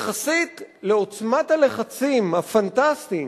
יחסית לעוצמת הלחצים הפנטסטיים